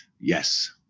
yes